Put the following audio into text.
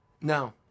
No